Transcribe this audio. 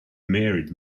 married